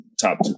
top